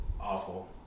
awful